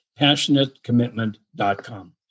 passionatecommitment.com